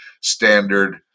Standard